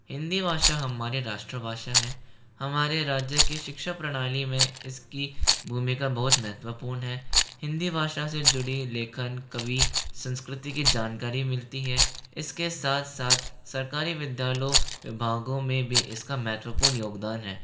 हिंदी भाषा हमारी राष्ट्रभाषा है हमारे राज्य के शिक्षा प्रणाली में इसकी भूमिका बहुत महत्वपूर्ण है हिंदी भाषा से जुड़ी लेखन कवी संस्कृति की जानकारी मिलती है इसके साथ साथ सरकारी विद्यालयों विभागों में भी इसका महत्वपूर्ण योगदान है